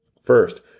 First